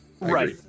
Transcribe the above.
Right